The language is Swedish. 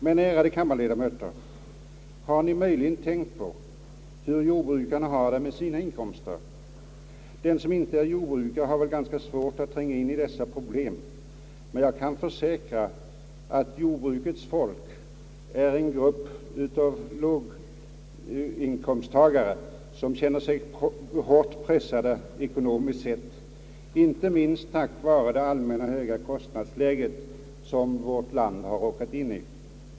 Men, ärade kammarledamöter, har ni möjligen tänkt på hur jordbrukarna har det med sina inkomster? Den som inte är jordbrukare har väl ganska svårt att tränga in i dessa problem, men jag kan försäkra att jordbrukets folk är en grupp av låginkomsttagare som känner sig hårt pressade ekonomiskt sett, inte minst på grund av det allmänna höga kostnadsläge som vårt land har råkat in i.